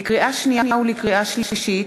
לקריאה שנייה ולקריאה שלישית: